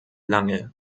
lange